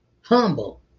Humble